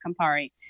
Campari